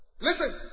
Listen